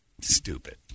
Stupid